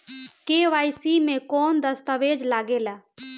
KYC मे कौन दश्तावेज लागेला?